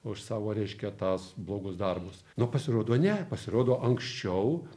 už savo reiškia tas blogus darbus o pasirodo ne pasirodo anksčiau